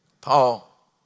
Paul